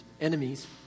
enemies